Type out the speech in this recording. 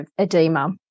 edema